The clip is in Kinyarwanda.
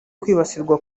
kwibasirwa